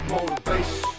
Motivation